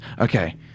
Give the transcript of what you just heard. Okay